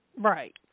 Right